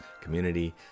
community